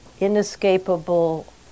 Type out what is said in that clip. inescapable